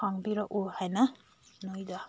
ꯍꯪꯕꯤꯔꯛꯎ ꯍꯥꯏꯅ ꯅꯣꯏꯗ